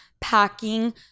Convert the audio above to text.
packing